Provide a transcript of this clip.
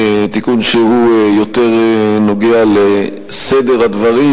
תיקון שהוא יותר נוגע לסדר הדברים,